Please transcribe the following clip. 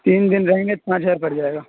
تین دن رہیں گے پانچ ہزار پڑ جائے گا